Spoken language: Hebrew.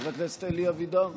חבר הכנסת אלי אבידר,